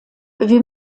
wir